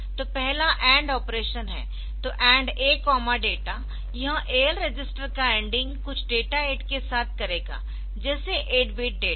तो पहला AND operation है तो AND A डेटा यह AL रजिस्टर का Anding कुछ डेटा 8 के साथ करेगा जैसे 8 बिट डेटा